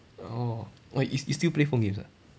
orh you you still play phone games ah